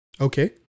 Okay